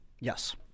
yes